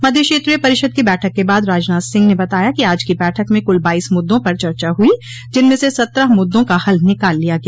मध्य क्षेत्रीय परिषद की बैठक के बाद राजनाथ सिंह ने बताया कि आज की बैठक में कुल बाईस मुद्दों पर चर्चा हुई जिनमें से सत्रह मुद्दों का हल निकाल लिया गया